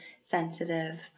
sensitive